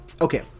okay